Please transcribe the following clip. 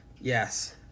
Yes